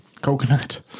coconut